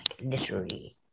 literary